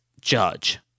judge